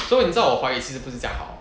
所以你知道我的华语其实不是这样好